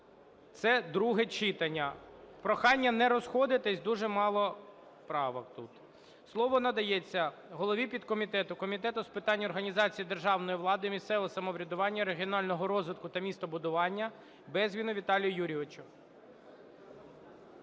Це друге читання. Прохання не розходитись, дуже мало правок тут. Слово надається голові підкомітету Комітету з питань організації державної влади, місцевого самоврядування, регіонального розвитку та містобудування Безгіну Віталію Юрійовичу.